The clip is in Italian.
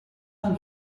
and